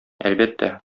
әлбәттә